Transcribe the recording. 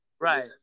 Right